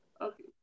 okay